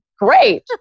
great